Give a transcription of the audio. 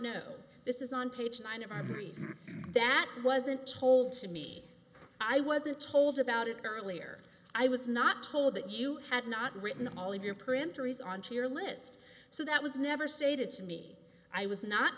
know this is on page nine of armory that wasn't told to me i wasn't told about it earlier i was not told that you had not written them all in your printer is onto your list so that was never stated to me i was not